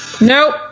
Nope